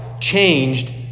changed